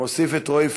תוסיף אותי אם